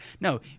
No